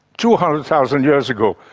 two hundred thousand years ago,